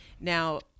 Now